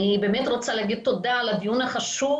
אני רוצה להגיד תודה על הדיון החשוב